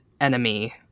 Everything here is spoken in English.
enemy